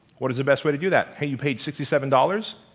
what is the best way to do that? hey, you paid sixty seven dollars